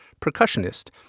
percussionist